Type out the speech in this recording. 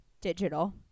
digital